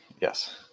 yes